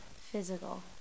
physical